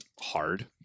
hard